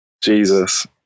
Jesus